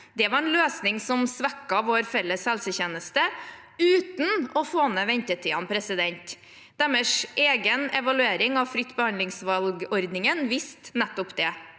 Det var en løsning som svekket vår felles helsetjeneste, uten å få ned ventetidene. Deres egen evaluering av fritt behandlingsvalg-ordningen viste nettopp det.